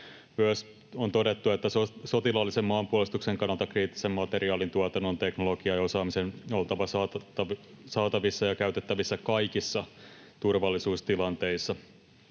on todettu, että ”sotilaallisen maanpuolustuksen kannalta kriittisen materiaalin, tuotannon, teknologian ja osaamisen on oltava saatavissa ja käytettävissä kaikissa turvallisuustilanteissa”.